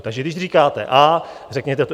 Takže když říkáte A, řekněte i B.